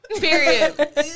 Period